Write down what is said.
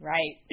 Right